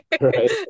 right